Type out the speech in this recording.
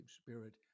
spirit